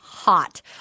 hot